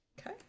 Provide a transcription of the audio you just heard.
okay